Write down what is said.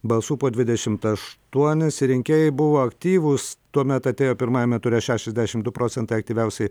balsų po dvidešimt aštuonis rinkėjai buvo aktyvūs tuomet atėjo pirmajame ture šešiasdešimt du procentai aktyviausiai